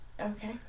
Okay